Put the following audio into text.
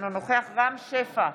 אינו נוכח רם שפע,